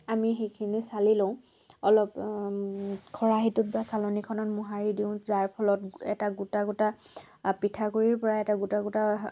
আমি সেইখিনি চালি লওঁ অলপ খৰাহীটোত বা চালনীখনত মোহাৰি দিওঁ যাৰ ফলত এটা গোটা গোটা পিঠাগুড়িৰ পৰা এটা গোটা গোটা